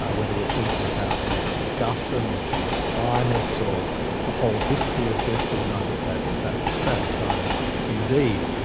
ah whether we're thinking about st augustine or thomas aquinas or so the whole history of this, will know that that's that's the fact, so indeed,